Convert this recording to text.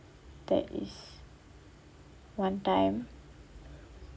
that is one time